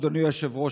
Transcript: אדוני היושב-ראש,